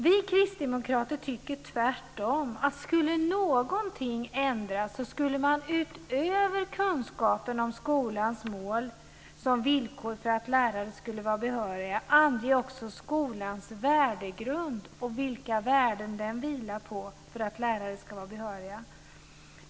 Vi kristdemokrater tycker tvärtom att om någonting skulle ändras så skulle man utöver kunskaper om skolans mål som villkor för att lärare skulle vara behöriga också ange skolans värdegrund och vilka värden den vilar på för att lärare ska vara behöriga.